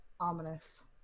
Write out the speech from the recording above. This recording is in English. ominous